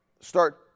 start